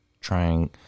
trying –